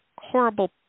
horrible